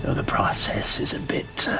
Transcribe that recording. though the process is a bit,